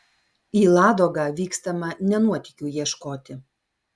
į ladogą vykstama ne nuotykių ieškoti